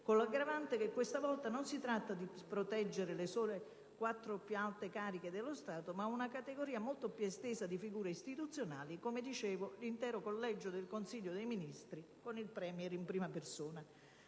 Con l'aggravante che stavolta non si tratta di "proteggere" le sole quattro più alte cariche dello Stato, ma una categoria molto più estesa di figure istituzionali: l'intero collegio del Consiglio dei ministri. Dell'incostituzionalità di una